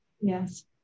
Yes